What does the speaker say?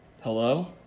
Hello